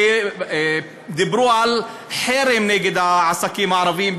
שדיברו על חרם נגד העסקים הערביים,